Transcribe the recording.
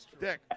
Dick